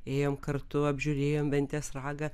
ėjom kartu apžiūrėjom ventės ragą